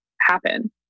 happen